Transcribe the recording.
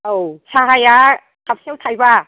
औ साहाया काप सेयाव थाइबा